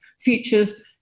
features